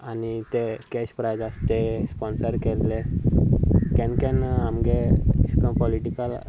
आनी ते cash prize आसा ते स्पोन्सर केल्ले केन्ना केन्ना आमचे अशे को पोलिटीकल